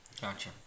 Gotcha